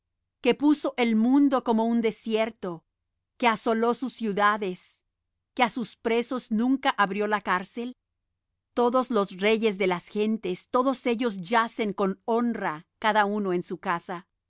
que puso el mundo como un desierto que asoló sus ciudades que á sus presos nunca abrió la cárcel todos los reyes de las gentes todos ellos yacen con honra cada uno en su casa